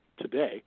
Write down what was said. today